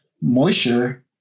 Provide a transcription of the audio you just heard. moisture